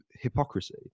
hypocrisy